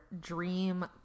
dream